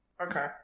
Okay